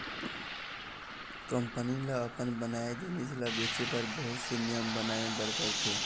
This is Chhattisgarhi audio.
कंपनी ल अपन बनाए जिनिस ल बेचे बर बहुत से नियम बनाए बर परथे